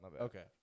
Okay